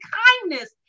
kindness